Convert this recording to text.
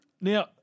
Now